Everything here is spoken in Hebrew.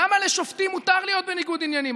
למה לשופטים מותר להיות בניגוד עניינים?